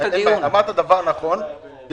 אמרת דבר נכון,